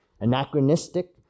anachronistic